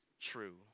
true